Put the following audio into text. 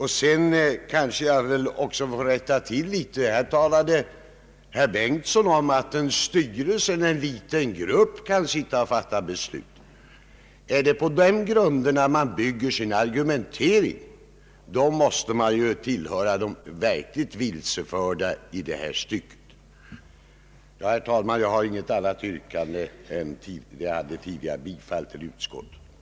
Herr Bengtson fällde ett yttrande som behöver rättas till. Han sade att en styrelse eller en liten grupp fattar beslut. Den som bygger sin argumentering på den grunden tillhör de verkligt vilseförda i det här stycket. Herr talman! Jag har inget annat yrkan än det jag framställt tidigare, nämligen om bifall till utskottets hemställan.